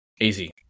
Easy